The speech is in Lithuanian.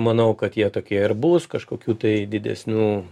manau kad jie tokie ir bus kažkokių tai didesnių